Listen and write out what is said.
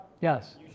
Yes